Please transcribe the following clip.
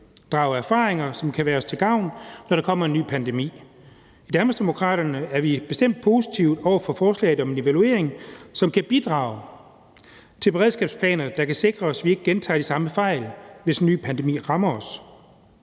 drage erfaringer, som kan være os til gavn, når der kommer en ny pandemi. I Danmarksdemokraterne er vi bestemt positive over for forslaget om en evaluering, som kan bidrage til beredskabsplaner, der kan sikre, at vi ikke gentager de samme fejl, hvis en ny pandemi rammer os.